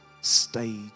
stage